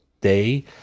day